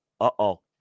uh-oh